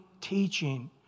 teaching